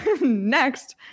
next